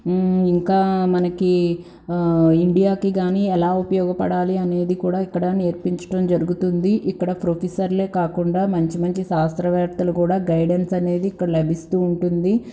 ఇంకా మనకి ఇండియాకి కానీ ఎలా ఉపయోగపడాలి అనేది కూడా ఇక్కడ నేర్పించటం జరుగుతుంది ఇక్కడ ప్రొఫెసర్లే కాకుండా మంచి మంచి శాస్త్రవేత్తలు కూడా గైడెన్స్ అనేది ఇక్కడ లభిస్తూ ఉంటుంది